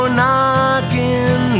knocking